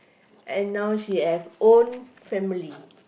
and now she have own family